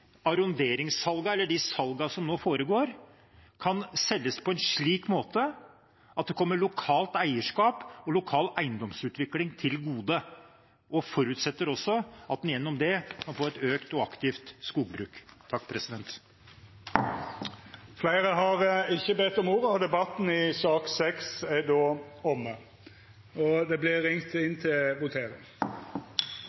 eller de salgene som nå foregår, kan skje på en slik måte at det kommer lokalt eierskap og lokal eiendomsutvikling til gode – og forutsetter også at en gjennom det kan få et økt og aktivt skogbruk. Fleire har ikkje bedt om ordet til sak nr. 6. Stortinget er